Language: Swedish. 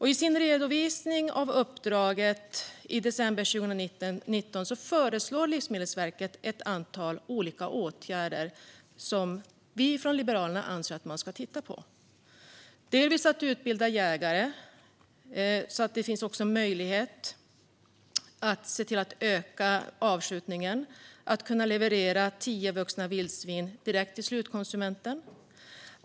I sin redovisning av uppdraget i december 2019 föreslog Livsmedelsverket ett antal olika åtgärder som vi från Liberalerna anser att man ska titta på. Det handlar om att utbilda jägare så att det finns möjlighet att se till att öka avskjutningen och kunna leverera tio vuxna vildsvin direkt till slutkonsumenten.